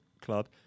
club